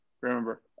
remember